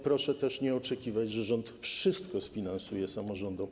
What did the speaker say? Proszę też nie oczekiwać, że rząd wszystko sfinansuje samorządom.